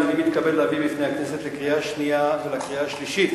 אני מתכבד להביא בפני הכנסת לקריאה השנייה ולקריאה השלישית